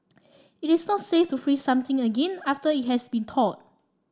it is not safe to freeze something again after it has been thawed